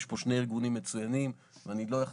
יש פה שני ארגונים מצוינים ואני מצטרף